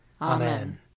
Amen